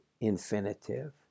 infinitive